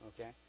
Okay